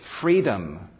freedom